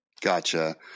Gotcha